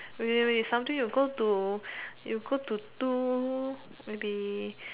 wait wait wait something you go to you go to two maybe